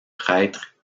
prêtres